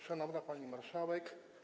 Szanowna Pani Marszałek!